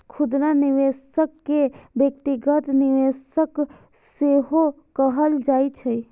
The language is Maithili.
खुदरा निवेशक कें व्यक्तिगत निवेशक सेहो कहल जाइ छै